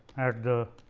at the